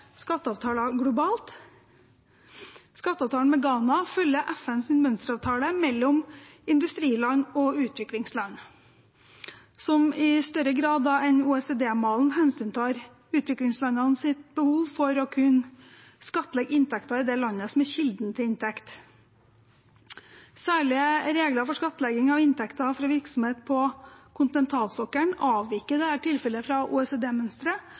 globalt. Skatteavtalen med Ghana følger FNs mønsteravtale mellom industriland og utviklingsland, som i større grad enn OECD-malen hensyntar utviklingslandenes behov for å kunne skattlegge inntekter i det landet som er kilden til inntekt. Særlige regler for skattlegging av inntekter fra virksomhet på kontinentalsokkelen avviker i dette tilfellet fra